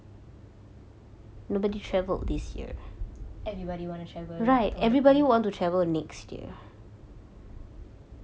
everybody want to travel tahun depan